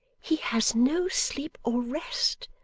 he has no sleep or rest,